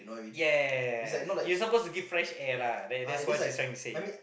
ya ya ya ya ya you supposed to give fresh air lah that that's what she's trying to say